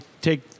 take